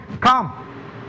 come